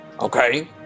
Okay